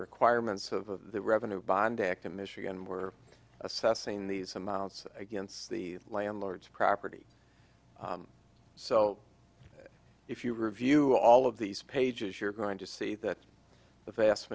requirements of the revenue bond back to michigan we're assessing these amounts against the landlords property so if you review all of these pages you're going to see that the vast